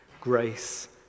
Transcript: Grace